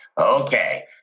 okay